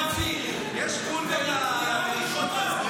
-- יש גבול גם לבדיחות ולצחוקים שלכם.